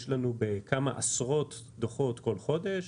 ניתנים כמה עשרות דוחות כל חודש.